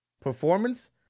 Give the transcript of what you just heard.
performance